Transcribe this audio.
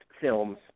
films